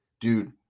dude